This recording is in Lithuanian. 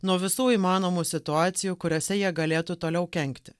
nuo visų įmanomų situacijų kuriose jie galėtų toliau kenkti